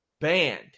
Banned